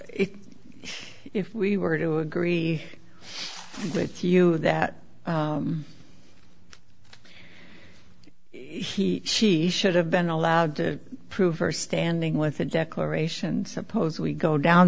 it if we were to agree with you that he she should have been allowed to prove her standing with a declaration and suppose we go down